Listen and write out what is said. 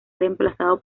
reemplazado